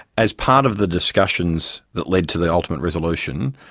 as part of the discussions that led to the ultimate resolution,